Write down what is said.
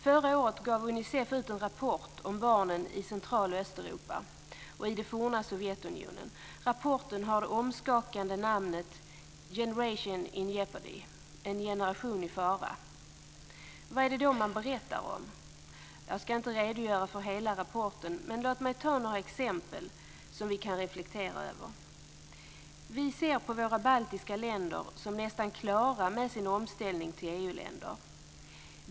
Förra året gav Unicef ut en rapport om barnen i Central och Östeuropa och i det forna Sovjetunionen. Rapporten har det omskakande namnet Generation in Jeopardy, En generation i fara. Vad är det då man berättar om? Jag ska inte redogöra för hela rapporten, men låt mig ta några exempel som vi kan reflektera över. Vi ser våra baltiska länder som nästan klara med sin omställning till EU-länder.